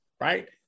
right